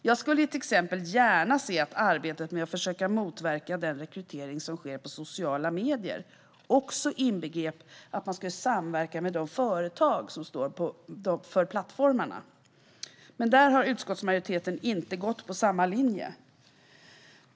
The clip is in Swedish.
Jag skulle till exempel gärna se att arbetet med att försöka motverka den rekrytering som sker på sociala medier också inbegrep att man samverkar med de företag som står för plattformarna. Men där har utskottsmajoriteten inte gått på samma linje.